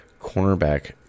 cornerback